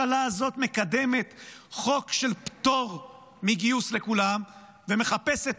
מקדמת חוק של פטור מגיוס לכולם ומחפשת